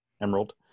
Emerald